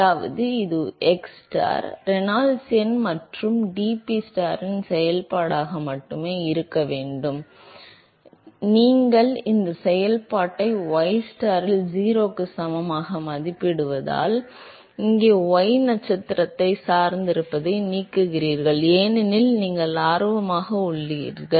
அதாவது இது xstar Reynolds எண் மற்றும் dPstar இன் செயல்பாடாக மட்டுமே இருக்க வேண்டும் dxstar ஏன் நீங்கள் இந்த செயல்பாட்டை ystar இல் 0 க்கு சமமாக மதிப்பிடுவதால் இங்கே y நட்சத்திரத்தை சார்ந்திருப்பதை நீக்குகிறீர்கள் ஏனெனில் நீங்கள் ஆர்வமாக உள்ளீர்கள்